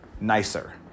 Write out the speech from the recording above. nicer